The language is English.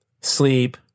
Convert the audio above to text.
sleep